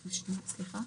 אותו,